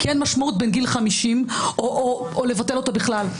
כי אין משמעות בין גיל 50 או לבטל אותה בכלל.